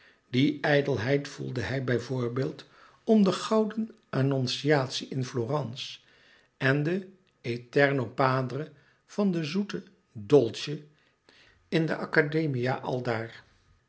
die ijdelheid voelde hij bijvoorbeeld om de gouden annonciatie in florence en den eterno padre van den zoeten dolce in de academia aldaar